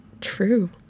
true